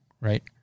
right